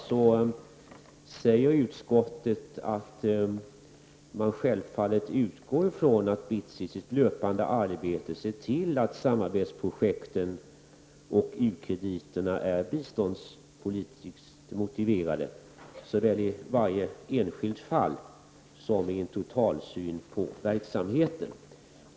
Utskottet säger att man självfallet utgår från att BITS i sitt löpande arbete ser till att samarbetsprojekten och u-krediterna är bistånds politiskt motiverade såväl i varje enskilt fall som i en totalsyn på verksamheten.